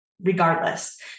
regardless